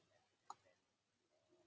often